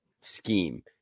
scheme